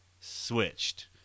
switched